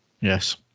Yes